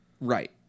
Right